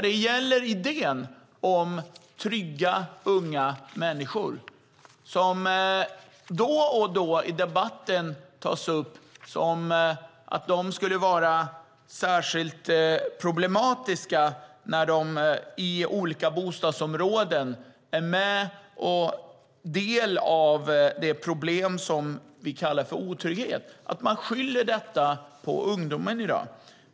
Det gäller idén om trygga unga människor. Det tas då och då i debatten upp att de skulle vara särskilt problematiska när de i olika bostadsområden är del av det problem vi kallar för otrygghet. Man skyller i dag detta på ungdomen.